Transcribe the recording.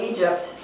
Egypt